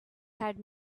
had